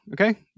Okay